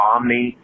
Omni